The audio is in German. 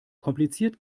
kompliziert